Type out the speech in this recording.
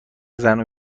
زنو